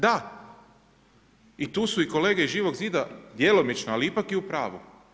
Da, i tu si i kolege iz Živog zida djelomično, ali ipak i u pravu.